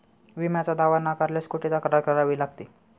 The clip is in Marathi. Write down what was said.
विम्याचा दावा नाकारल्यास कुठे तक्रार करावी लागते?